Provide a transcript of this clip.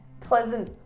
pleasant